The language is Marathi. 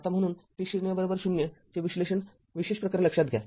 आताम्हणून t00 चे विशेष प्रकरण लक्षात घ्या